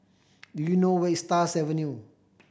do you know where is Stars Avenue